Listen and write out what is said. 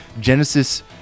Genesis